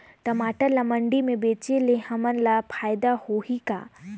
टमाटर ला मंडी मे बेचे से हमन ला फायदा होही का?